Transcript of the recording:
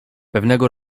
pewnego